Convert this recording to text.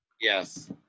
Yes